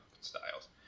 styles